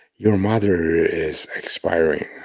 your mother is expiring.